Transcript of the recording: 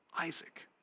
Isaac